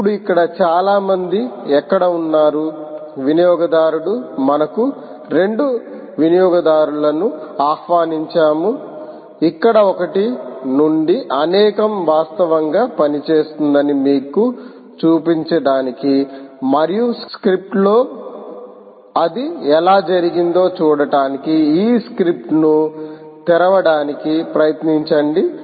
ఇప్పుడు ఇక్కడ చాలా మంది ఎక్కడ ఉన్నారు వినియోగదారుడు మనకు 2 వినియోగదారులను ఆహ్వానించాము ఇక్కడ ఒకటి నుండి అనేకం వాస్తవంగా పనిచేస్తుందని మీకు చూపించడానికి మరియు స్క్రిప్ట్లో అది ఎలా జరిగిందో చూడటానికి ఆ స్క్రిప్ట్ను తెరవడానికి ప్రయత్నించండి